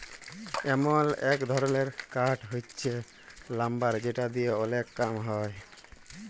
এমল এক ধরলের কাঠ হচ্যে লাম্বার যেটা দিয়ে ওলেক কম হ্যয়